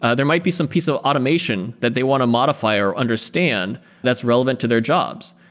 ah there might be some piece of automation that they want to modify our understand that's relevant to their jobs.